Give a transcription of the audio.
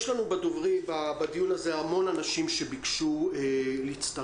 יש לנו בדיון הזה המון אנשים שביקשו להצטרף